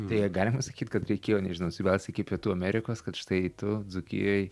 tai a galima sakyt kad reikėjo nežinau atsibelst iki pietų amerikos kad štai tu dzūkijoj